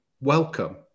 welcome